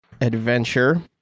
adventure